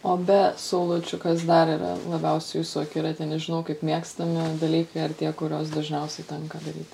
o be saulučių kas dar yra labiausiai jūsų akiraty nežinau kaip mėgstami dalykai ar tie kuriuos dažniausiai tenka daryti